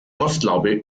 rostlaube